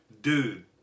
dude